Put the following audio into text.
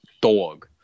dog